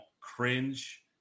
cringe